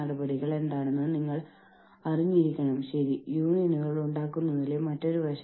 അപ്പോഴാണ് അവർ യൂണിയനുകളിൽ പോയി ചേരുന്നത്